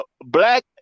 black